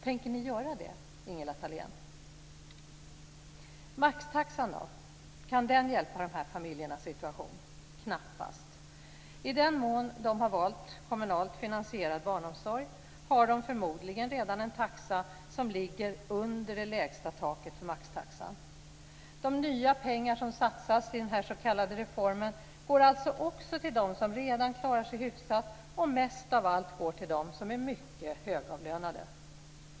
Tänker ni göra det, Ingela Thalén? Maxtaxan då? Kan den hjälpa de här familjernas situation? Knappast. I den mån de har valt kommunalt finansierad barnomsorg har de förmodligen redan en taxa som ligger under det lägsta taket för maxtaxan. De nya pengar som satsas i den s.k. reformen går alltså också till dem som redan klarar sig hyfsat och mest av allt till dem som är mycket högavlönade.